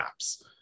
apps